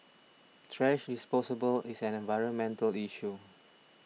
thrash disposal is an environmental issue